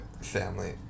family